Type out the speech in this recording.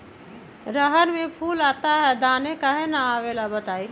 रहर मे फूल आता हैं दने काहे न आबेले बताई?